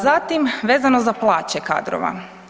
Zatim vezano za plaće kadrova.